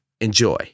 Enjoy